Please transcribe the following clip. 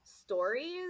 stories